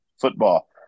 football